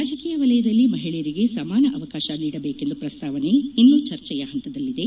ರಾಜಕೀಯ ವಲಯದಲ್ಲಿ ಮಹಿಳೆಯರಿಗೆ ಸಮಾನ ಅವಕಾಶ ನೀಡಬೇಕೆಂಬ ಪ್ರಸ್ತಾವನೆ ಇನ್ನೂ ಚರ್ಚೆಯ ಹಂತದಲ್ಲಿದೆ